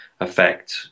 affect